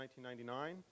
1999